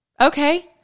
Okay